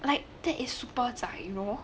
like that is super zai you know